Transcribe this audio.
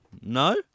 No